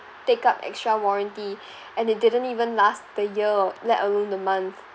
take up extra warranty and it didn't even last the year or let alone the month